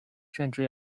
甚至